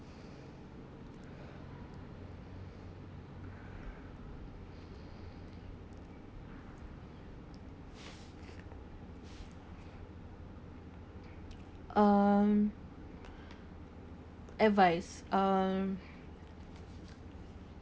um advice um